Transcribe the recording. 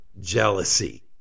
jealousy